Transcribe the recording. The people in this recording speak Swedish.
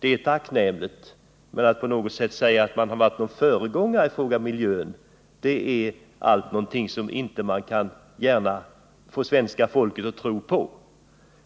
Men påståendet att socialdemokraterna har varit föregångare när det gällt att åstadkomma en god miljö kan de inte gärna få svenska folket att tro på.